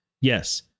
Yes